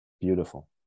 beautiful